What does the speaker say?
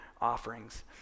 offerings